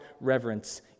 reverence